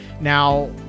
Now